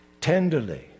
tenderly